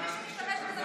אם מישהו משתמש בזה,